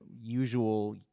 usual